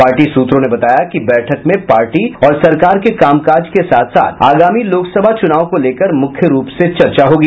party सूत्रों ने बताया कि बैठक में पार्टी और सरकार के कामकाज के साथ साथ आगामी लोकसभा चुनाव को लेकर मुख्य रूप से चर्चा होगी